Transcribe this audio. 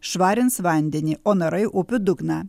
švarins vandenį o narai upių dugną